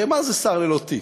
הרי מה זה שר ללא תיק?